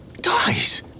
dies